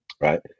right